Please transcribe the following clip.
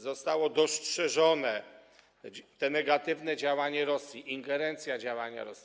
Zostało dostrzeżone to negatywne działanie Rosji, ingerencja działania Rosji.